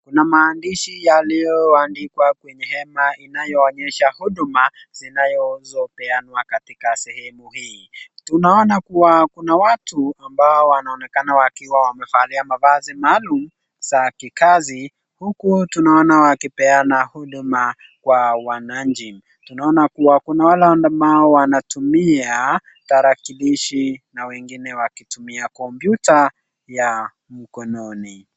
Kuna maandishi yaliyoandikwa kwenye hema inayoonyesha huduma zinayozopeanwa katika sehemu hii. Tunaona kuwa kuna watu ambao wanaonekana wakiwa wamevalia mavazi maalum za kikazi huku tunaona wakipeana huduma kwa wananchi. Tunaona kuwa kuna wale wanaotumia tarakilishi na wengine wakitumia kompyuta ya mkononi.